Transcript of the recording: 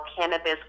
Cannabis